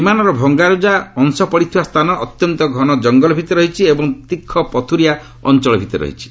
ବିମାନର ଭଙ୍ଗାରୁଜା ପଡ଼ିଥିବା ସ୍ଥାନ ଅତ୍ୟନ୍ତ ଘନ ଜଙ୍ଗଲ ଭିତରେ ରହିଛି ଏବଂ ତୀଖ ପଥୁରିଆ ଅଞ୍ଚଳ ଭିତରେ ରହିଛି